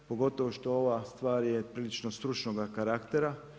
Pogotovo što ova stvar je prilično stručnoga karaktera.